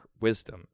Wisdom